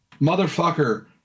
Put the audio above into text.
motherfucker